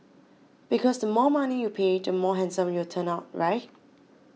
because the more money you pay the more handsome you turn out right